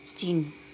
चिन